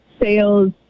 sales